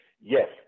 Yes